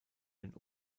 den